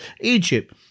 Egypt